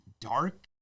dark